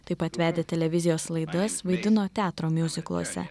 taip pat vedė televizijos laidas vaidino teatro miuzikluose